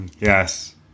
Yes